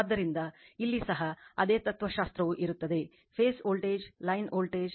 ಆದ್ದರಿಂದ ಇಲ್ಲಿ ಸಹ ಅದೇ ತತ್ತ್ವಶಾಸ್ತ್ರವು ಇರುತ್ತದೆ ಫೇಸ್ ವೋಲ್ಟೇಜ್ ಲೈನ್ ವೋಲ್ಟೇಜ್ √ 3 ಪಟ್ಟು ಫೇಸ್ ವೋಲ್ಟೇಜ್ ಆಗಿದೆ